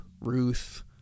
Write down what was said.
Ruth